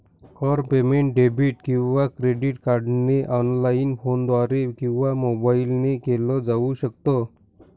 कर payment debit किंवा credit कार्डने ऑनलाइन, फोनद्वारे किंवा मोबाईल ने केल जाऊ शकत